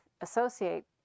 associate